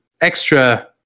extra